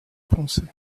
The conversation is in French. poncet